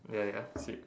ya ya okay